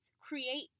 Create